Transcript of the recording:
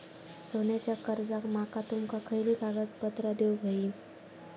सोन्याच्या कर्जाक माका तुमका खयली कागदपत्रा देऊक व्हयी?